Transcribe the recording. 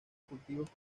cultivos